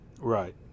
Right